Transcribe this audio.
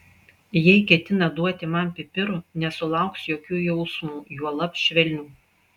jei ketina duoti man pipirų nesulauks jokių jausmų juolab švelnių